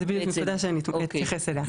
זו בדיוק נקודה שאני תכף אתייחס אליה.